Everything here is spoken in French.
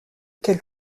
quelle